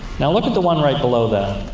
now look at the one right below that.